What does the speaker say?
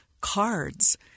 cards